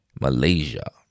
Malaysia